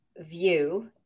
view